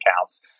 accounts